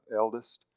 eldest